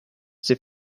they